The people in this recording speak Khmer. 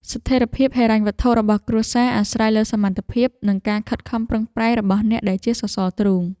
ស្ថិរភាពហិរញ្ញវត្ថុរបស់គ្រួសារអាស្រ័យលើសមត្ថភាព និងការខិតខំប្រឹងប្រែងរបស់អ្នកដែលជាសសរទ្រូង។